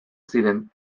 ziren